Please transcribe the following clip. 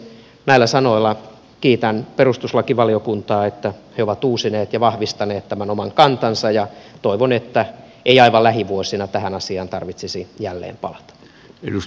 näillä sanoilla kiitän perustuslakivaliokuntaa että he ovat uusineet ja vahvistaneet tämän oman kantansa ja toivon että ei aivan lähivuosina tähän asiaan tarvitsisi jälleen palata